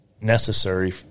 necessary